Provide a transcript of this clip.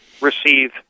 receive